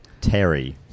Terry